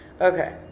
okay